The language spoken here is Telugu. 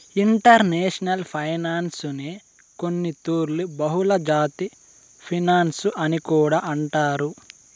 ఇంటర్నేషనల్ ఫైనాన్సునే కొన్నితూర్లు బహుళజాతి ఫినన్సు అని కూడా అంటారు